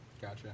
Gotcha